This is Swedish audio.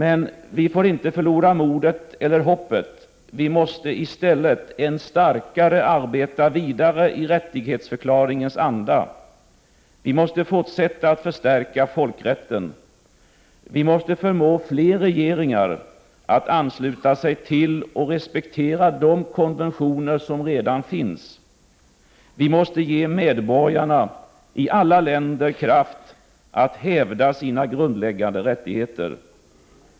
Men, vi får inte förlora modet eller hoppet. Vi måste i stället än starkare arbeta vidare i rättighetsförklaringens anda. Vi måste fortsätta att förstärka folkrätten. Vi måste förmå fler regeringar att ansluta sig till och respektera de konventioner som redan finns. Vi måste ge medborgarna i alla länder kraft att hävda sina grundläggande rättigheter.